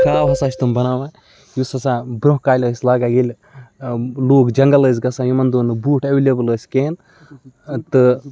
کھرٛاو ہَسا چھِ تِم بَناوان یُس ہَسا برونٛہہ کالہِ ٲسۍ لاگان ییٚلہِ لُکھ جنٛگَل ٲسۍ گژھان یِمَن دۄہَن نہٕ بوٗٹ ایٚولیبٕل ٲسۍ کِہیٖنۍ تہٕ